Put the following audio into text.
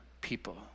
people